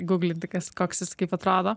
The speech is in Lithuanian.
guglinti kas koks jis kaip atrodo